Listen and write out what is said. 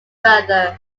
further